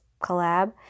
collab